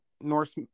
Norse